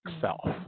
self